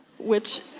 which,